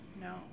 No